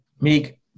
Meek